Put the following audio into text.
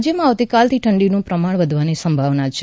રાજ્યમાં આવતીકાલથી ઠંડીનું પ્રમાણ વધવાની સંભાવના છે